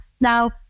now